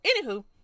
Anywho